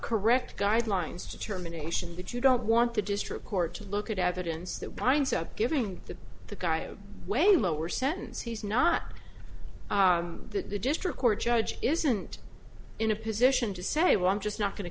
correct guidelines determination that you don't want the district court to look at evidence that winds up giving the the guy a way lower sentence he's not the district court judge isn't in a position to say well i'm just not going to